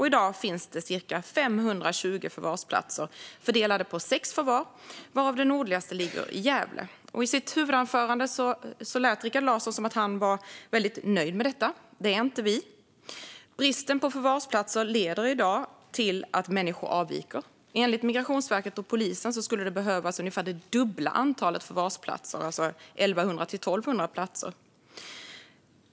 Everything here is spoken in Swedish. I dag finns det cirka 520 förvarsplatser fördelade på sex förvar varav det nordligaste ligger i Gävle. I sitt huvudanförande lät Rikard Larsson som att han var väldigt nöjd med detta. Det är inte vi. Bristen på förvarsplatser leder i dag till att människor avviker. Enligt Migrationsverket och polisen skulle det behövas ungefär det dubbla antalet förvarsplatser, 1 100-1 200 platser.